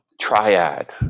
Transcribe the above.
triad